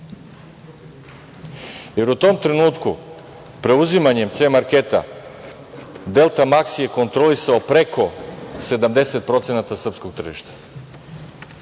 Jer, u tom trenutku preuzimanjem „C marketa“ „Delta Maksi“ je kontrolisao preko 70% srpskog tržišta. Sa